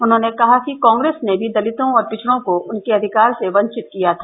उन्होंने कहा कि कॉग्रेस ने भी दलितों और पिछड़ों को उनके अधिकार से वंचित किया था